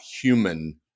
human